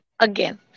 again